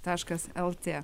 taškmas el tė